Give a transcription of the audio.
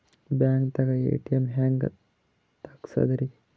ಬ್ಯಾಂಕ್ದಾಗ ಎ.ಟಿ.ಎಂ ಹೆಂಗ್ ತಗಸದ್ರಿ?